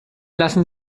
lassen